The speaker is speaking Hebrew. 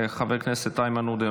חבר הכנסת איימן עודה,